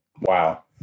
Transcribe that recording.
Wow